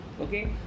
okay